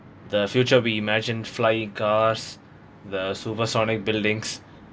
the future we imagined flying cars the supersonic buildings